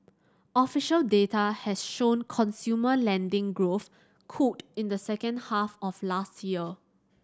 official data has shown consumer lending growth cooled in the second half of last year